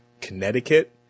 Connecticut